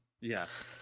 Yes